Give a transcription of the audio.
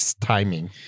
timing